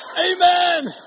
Amen